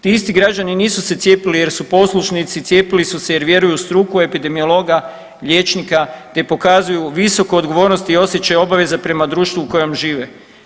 Ti isti građani nisu se cijepili jer su poslušnici, cijepili su se jer vjeruju u struku, u epidemiologa, liječnika, te pokazuju visoku odgovornost i osjećaj obaveze prema društvu u kojem žive.